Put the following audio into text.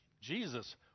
Jesus